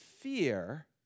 fear